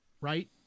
right